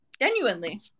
Genuinely